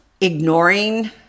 ignoring